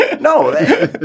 No